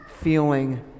feeling